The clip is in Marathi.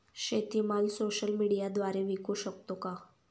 शेतीमाल सोशल मीडियाद्वारे विकू शकतो का?